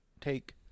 take